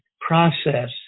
process